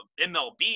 MLB